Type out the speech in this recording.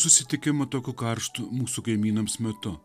susitikimą tokiu karštu mūsų kaimynams metu